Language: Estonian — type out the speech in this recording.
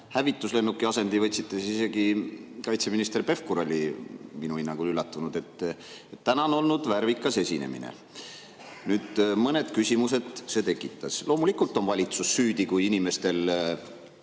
hävituslennuki asendi võtsite, siis isegi kaitseminister Pevkur oli minu hinnangul üllatunud. Täna on olnud värvikas esinemine. Mõned küsimused see tekitas. Loomulikult on valitsus süüdi, kui inimestel